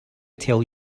tell